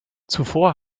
zuvor